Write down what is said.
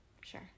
Sure